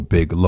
Big